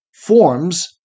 forms